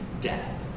death